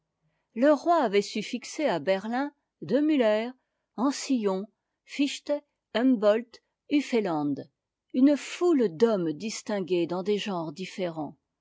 le roi avait su fixer à berlin j de muller ancillon fichte humboldt hufeland une foule d'homnies distingués dans des genres différents